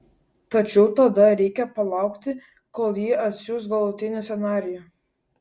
tačiau tada reikia palaukti kol ji atsiųs galutinį scenarijų